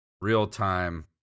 real-time